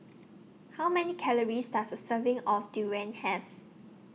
How Many Calories Does A Serving of Durian Have